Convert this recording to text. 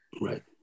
Right